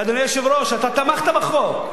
ואדוני היושב-ראש, אתה תמכת בחוק.